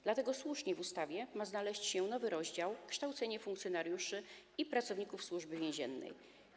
Dlatego słusznie w ustawie ma znaleźć się nowy rozdział: „Kształcenie funkcjonariuszy i pracowników Służby Więziennej”